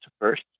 first